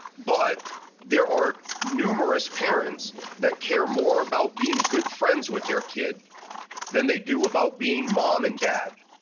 but there are numerous parents that care more about being good friends with their kid than they do about being mom and dad.